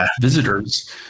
visitors